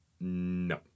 no